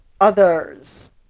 others